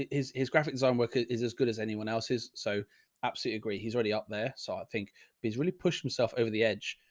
is his graphic design work is as good as anyone anyone else's. so absolutely agree. he's already up there. so i think he's really pushed himself over the edge.